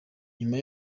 nyuma